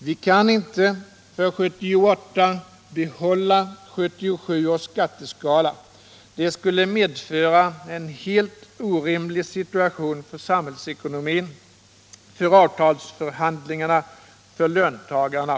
Vi kan inte för 1978 behålla 1977 års skatteskala. Det skulle medföra en helt orimlig situation för samhällsekonomin, för avtalsförhandlingarna och för löntagarna.